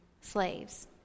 slaves